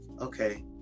okay